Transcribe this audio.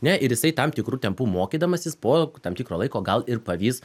ne ir jisai tam tikru tempu mokydamasis po tam tikro laiko gal ir pavys